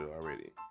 already